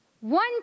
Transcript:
One